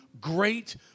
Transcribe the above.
great